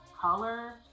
color